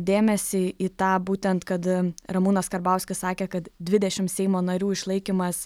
dėmesį į tą būtent kad ramūnas karbauskis sakė kad dvidešimt seimo narių išlaikymas